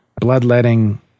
bloodletting